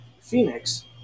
Phoenix